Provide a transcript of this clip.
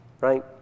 right